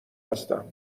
هستم